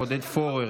עודד פורר,